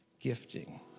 gifting